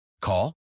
Call